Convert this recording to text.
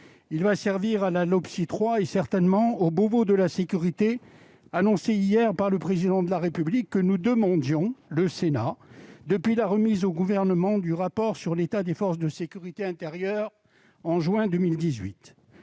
intérieure, la Loppsi 3, et, certainement, au Beauvau de la sécurité annoncé hier par le Président de la République, que le Sénat demandait depuis la remise au Gouvernement du rapport sur l'état des forces de sécurité intérieure en juin 2018.